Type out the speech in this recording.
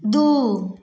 दू